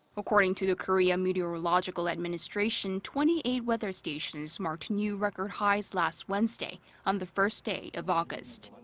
according to the korea meteorological administration, twenty eight weather stations marked new record highs last wednesday on the first day of august.